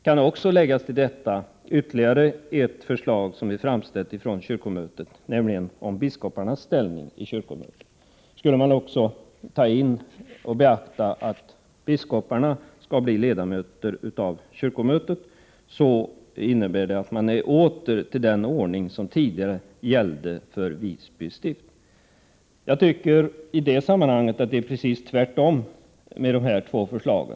Till detta kan man också lägga ytterligare ett förslag som är framställt av kyrkomötet, nämligen förslaget om biskoparnas ställning. Om biskoparna skulle bli ledamöter av kyrkomötet innebär det att man är tillbaka till den ordning som tidigare gällde för Visby stift. Jag tycker att det är precis tvärtom med dessa två förslag.